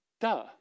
Duh